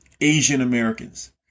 Asian-Americans